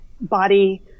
body